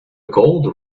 gold